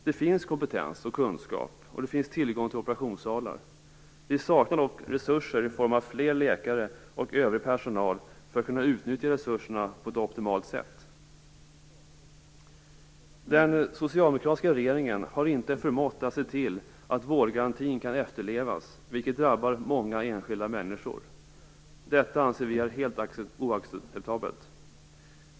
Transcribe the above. Det finns kompetens och kunskap, och det finns tillgång till operationssalar. Vi har dock inte tillräckligt med läkare och övrig personal för att kunna utnyttja dessa resurser på ett optimalt sätt. Den socialdemokratiska regeringen har inte förmått att se till att vårdgarantin kan efterlevas, vilket drabbar många enskilda människor. Detta anser vi är helt oacceptabelt.